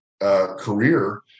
career